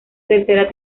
tercera